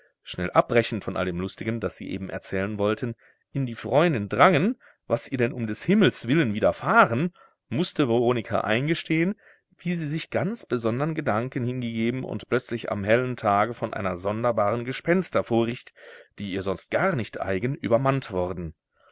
schnell abbrechend von all dem lustigen das sie eben erzählen wollten in die freundin drangen was ihr denn um des himmels willen widerfahren mußte veronika eingestehen wie sie sich ganz besondern gedanken hingegeben und plötzlich am hellen tage von einer sonderbaren gespensterfurcht die ihr sonst gar nicht eigen übermannt worden